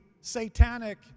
satanic